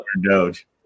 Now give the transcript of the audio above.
Doge